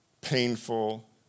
painful